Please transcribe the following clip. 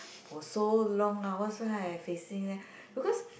for so long ah why so I facing leh because